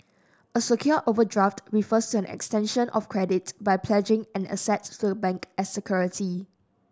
a secured overdraft refers to an extension of credit by pledging an asset to the bank as security